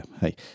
hey